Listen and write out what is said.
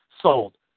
sold